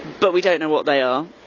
but we don't know what they are.